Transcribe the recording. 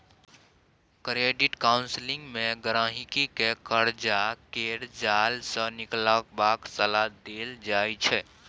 credit counselling मे गहिंकी केँ करजा केर जाल सँ निकलबाक सलाह देल जाइ छै